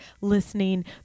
listening